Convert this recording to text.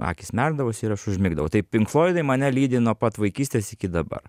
akys merkdavosi ir aš užmigdavau tai pink floidai mane lydi nuo pat vaikystės iki dabar